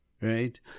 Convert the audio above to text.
right